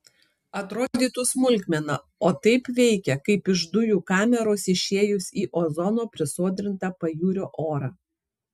atrodytų smulkmena o taip veikia kaip iš dujų kameros išėjus į ozono prisodrintą pajūrio orą